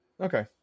Okay